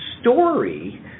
story